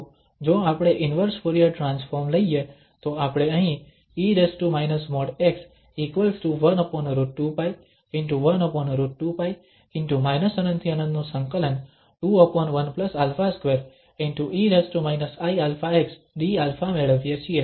તો જો આપણે ઇન્વર્સ ફુરીયર ટ્રાન્સફોર્મ લઈએ તો આપણે અહીં e |x|1√2π ✕ 1√2π ✕∞∫∞ 21 α2 ✕ e iαx dα મેળવીએ છીએ